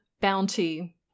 bounty